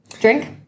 Drink